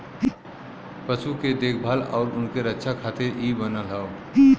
पशु के देखभाल आउर उनके रक्षा खातिर इ बनल हौ